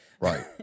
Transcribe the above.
Right